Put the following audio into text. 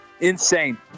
Insane